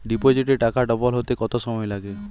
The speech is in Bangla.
ডিপোজিটে টাকা ডবল হতে কত সময় লাগে?